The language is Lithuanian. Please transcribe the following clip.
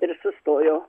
ir sustojo